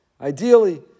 Ideally